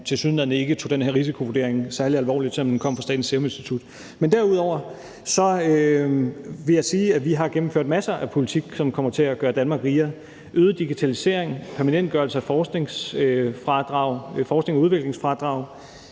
tilsyneladende ikke tog den her risikovurdering særlig alvorligt, selv om den kom fra Statens Serum Institut. Derudover vil jeg sige, at vi har gennemført masser af politik, som kommer til at gøre Danmark rigere: øget digitalisering; permanentgørelse af forsknings- og udviklingsfradrag;